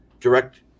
direct